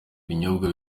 binyobwa